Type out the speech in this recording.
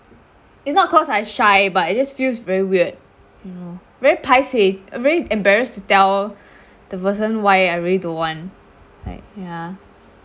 it's not cause I shy but it just feels very weird you know very pai seh very embarrassed to tell the person why I really don't want like ya